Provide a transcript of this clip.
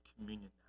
communion